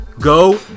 go